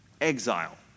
exile